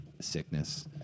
sickness